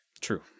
true